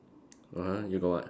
(uh huh) you got what